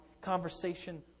conversation